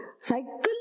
cycle